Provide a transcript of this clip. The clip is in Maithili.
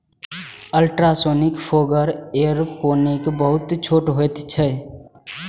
अल्ट्रासोनिक फोगर एयरोपोनिक बहुत छोट होइत छैक